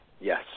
Yes